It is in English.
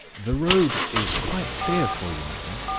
the road is quite clear for you, madam,